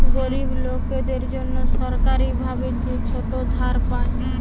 গরিব লোকদের জন্যে সরকারি ভাবে যে ছোট ধার পায়